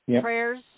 prayers